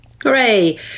Hooray